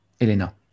Elena